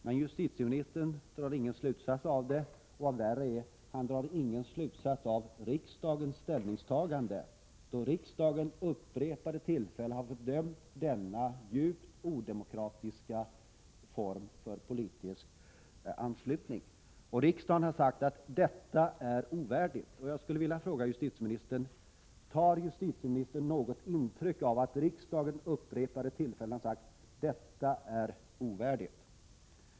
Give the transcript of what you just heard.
Men justitieministern drar ingen slutsats av det och, vad värre är, har drar ingen slutsats av riksdagens ställningstagande. Riksdagen har vid upprepade tillfällen fördömt denna djupt odemokratiska form för politiskt medlemskap. Jag skulle vilja fråga justitieministern: Tar justitiministern något intryck av att riksdagen vid upprepade tillfällen har sagt att detta är ovärdigt?